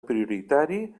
prioritari